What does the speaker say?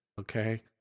Okay